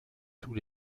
tous